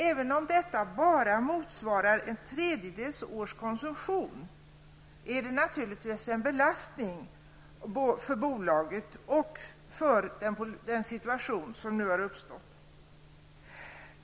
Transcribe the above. Även om detta bara motsvarar en tredjedels års konsumtion är det naturligtvis en belastning för bolaget i den situation som nu har uppstått.